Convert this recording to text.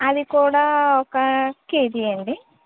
అది కూడా ఒకా కేజీ ఇవ్వండి